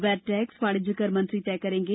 wait tax वाणिज्यकर मन्त्री तय करेंगे